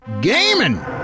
gaming